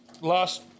last